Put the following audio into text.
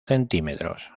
centímetros